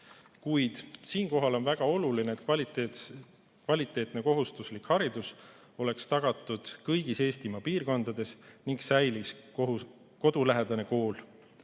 Kuid siinkohal on väga oluline, et kvaliteetne kohustuslik haridus oleks tagatud kõigis Eestimaa piirkondades ning säiliks kodulähedane kool.